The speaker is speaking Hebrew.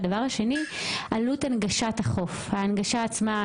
והדבר השני עלות הנגשת החוף, ההנגשה עצמה.